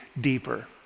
deeper